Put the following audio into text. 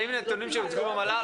אלה נתונים שהוצגו במל"ל.